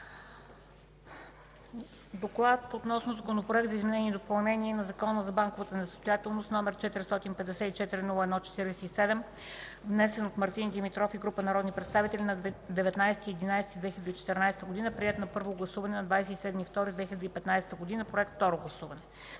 „Доклад относно Законопроект за изменение и допълнение на Закона за банковата несъстоятелност, № 454-01-47, внесен от Мартин Димитров и група народни представители на 19 ноември 2014 г., приет на първо гласуване на 27 февруари 2015 г., проект за второ гласуване.